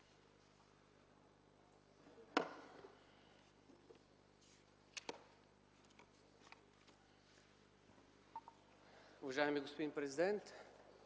Уважаеми господин президент,